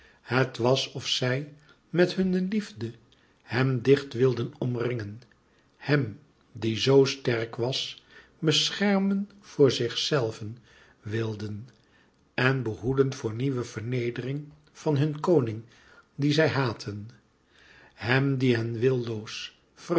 het was of zij met hunne liefde hem dicht wilden omringen hèm die zoo sterk was beschermen voor zichzelven wilden en behoeden voor nieuwe vernedering van hun koning dien zij haatten hem die hen